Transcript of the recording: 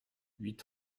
huit